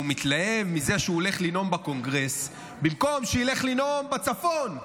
שהוא מתלהב מזה שהוא הולך לנאום בקונגרס במקום שילך לנאום בצפון.